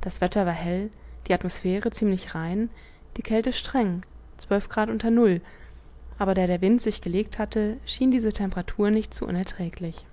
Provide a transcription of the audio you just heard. das wetter war hell die atmosphäre ziemlich rein die kälte streng zwölf grad unter null aber da der wind sich gelegt hatte schien diese temperatur nicht zu unerträglich